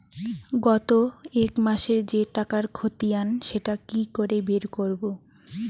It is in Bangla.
গত এক মাসের যে টাকার খতিয়ান সেটা কি করে বের করব?